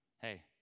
Hey